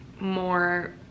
more